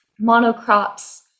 monocrops